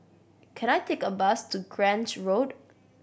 can I take a bus to Grange Road